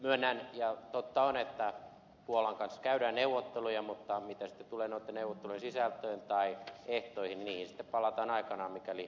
myönnän ja totta on että puolan kanssa käydään neuvotteluja mutta mitä sitten tulee noitten neuvottelujen sisältöön tai ehtoihin niihin sitten palataan aikanaan mikäli kaupat syntyvät